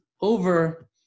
over